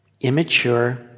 immature